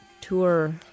tour